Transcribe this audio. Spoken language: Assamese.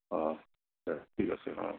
অঁ দে ঠিক আছে অঁ